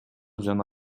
жана